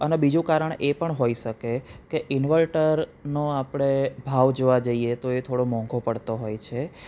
અને બીજું કારણ એ પણ હોઈ શકે કે ઈન્વર્ટરનો આપણે ભાવ જોવા જઈએ તો એ થોડો મોંઘો પડતો હોય છે